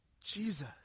Jesus